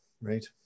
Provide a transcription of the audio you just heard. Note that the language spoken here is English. right